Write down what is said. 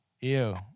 Ew